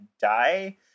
die